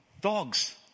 dogs